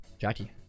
Jackie